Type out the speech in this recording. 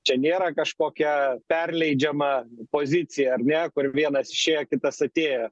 čia nėra kažkokia perleidžiama pozicija ar ne kur vienas išėjo kitas atėjo